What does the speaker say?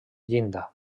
llinda